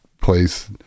place